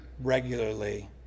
regularly